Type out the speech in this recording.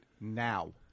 now